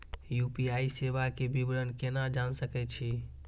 UPI सेवा के विवरण केना जान सके छी?